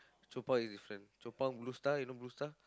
Chong Pang is different Chong-Pang Blue star you know Blue Star